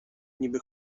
niby